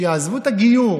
שיעזבו את הגיור,